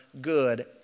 good